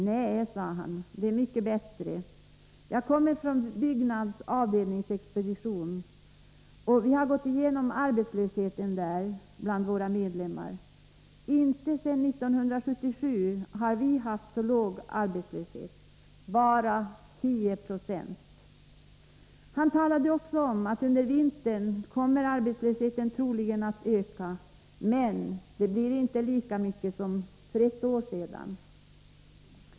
Nej, sade han, det är mycket bättre. Jag kommer från Byggnads avdelningsexpedition, där vi gått igenom arbetslösheten bland våra medlemmar. Inte sedan 1977 har vi haft så låg arbetslöshet — bara 10 26. Han tillade också att under vintern kommer arbetslösheten att öka, men det blir inte lika mycket som för ett år sedan.